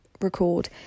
record